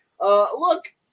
look